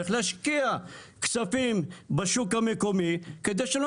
צריך להשקיע כספים בשוק המקומי כדי שלא